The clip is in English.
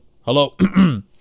Hello